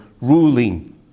ruling